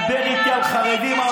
מדבר איתי על חרדים,